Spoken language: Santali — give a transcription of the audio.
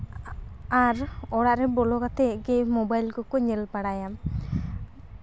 ᱟᱨ ᱚᱲᱟᱜ ᱨᱮ ᱵᱚᱞᱚ ᱠᱟᱛᱮᱜ ᱜᱮ ᱢᱳᱵᱟᱭᱤᱞ ᱠᱚᱠᱚ ᱧᱮᱞ ᱵᱟᱲᱟᱭᱟ